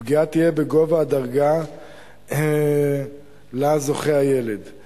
הפגיעה תהיה בגובה הדרגה שהילד מקבל,